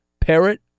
parrot